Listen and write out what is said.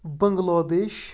Bangladesh